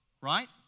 Right